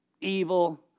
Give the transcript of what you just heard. Evil